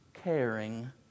Caring